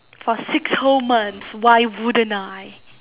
for six whole months why wouldn't I